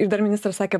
ir dar ministras sakė